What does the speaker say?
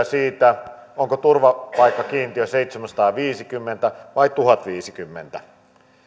siitä onko turvapaikkakiintiö seitsemänsataaviisikymmentä vai tuhatviisikymmentä